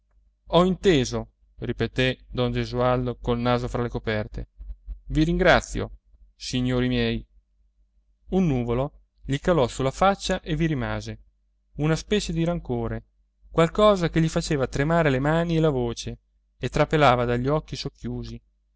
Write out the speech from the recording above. ho inteso ripetè don gesualdo col naso fra le coperte i ringrazio signori miei un nuvolo gli calò sulla faccia e vi rimase una specie di rancore qualcosa che gli faceva tremare le mani e la voce e trapelava dagli occhi socchiusi